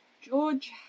George